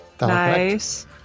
Nice